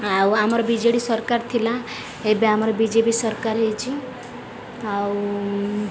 ଆଉ ଆମର ବିଜେଡ଼ି ସରକାର ଥିଲା ଏବେ ଆମର ବିଜେପି ସରକାର ହୋଇଛି ଆଉ